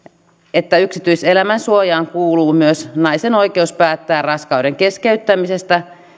että yksityiselämän suojaan kuuluu myös naisen oikeus päättää raskauden keskeyttämisestä